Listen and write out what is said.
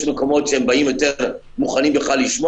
יש מקומות שהם באים יותר מוכנים לשמוע,